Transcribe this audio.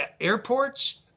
airports